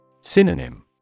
Synonym